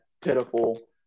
pitiful